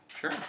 sure